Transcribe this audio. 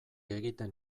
egiten